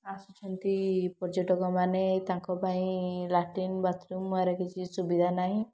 ଆସୁଛନ୍ତି ପର୍ଯ୍ୟଟକମାନେ ତାଙ୍କ ପାଇଁ ଲାଟିନ୍ ବାଥ୍ରୁମ୍ ୟାର କିଛି ସୁବିଧା ନାହିଁ